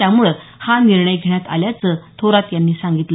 त्यामुळे हा निर्णय घेण्यात आल्याचं थोरात यांनी सांगितलं